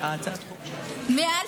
מעל